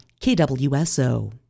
KWSO